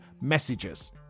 messages